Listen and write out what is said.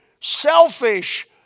selfish